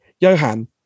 Johan